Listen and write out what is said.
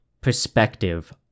perspective